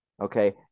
okay